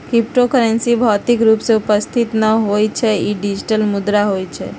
crypto currency भौतिक रूप में उपस्थित न होइ छइ इ डिजिटल मुद्रा होइ छइ